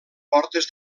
portes